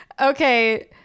Okay